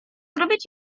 zrobić